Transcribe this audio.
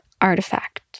artifact